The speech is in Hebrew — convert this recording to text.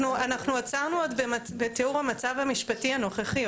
אנחנו עצרנו עוד בתיאור המצב המשפטי הנוכחי.